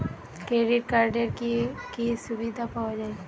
Credit কার্ডের কি কি সুবিধা পাওয়া যায়?